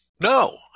No